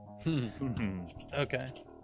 Okay